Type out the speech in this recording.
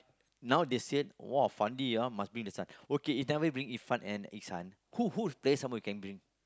now they said !wah! Fandi ah must bring the son okay you tell me bring Irfan and Ikshan who who will play someone you can bring